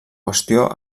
qüestió